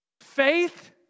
Faith